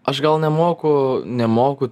aš gal nemoku nemoku